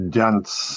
dense